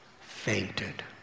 fainted